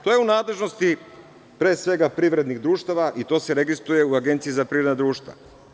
To je u nadležnosti, pre svega, privrednih društava i to se registruje u Agenciji za privredna društva.